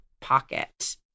pocket